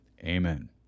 amen